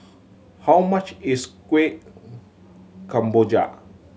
how much is Kueh Kemboja